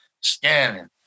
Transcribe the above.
scanning